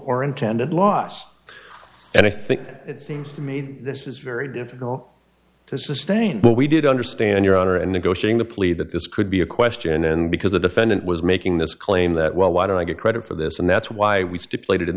or intended last and i think it seems to me that this is very difficult to sustain but we did understand your honor and negotiating the plea that this could be a question and because the defendant was making this claim that well why don't i get credit for this and that's why we stipulated